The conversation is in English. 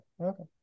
okay